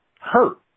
hurt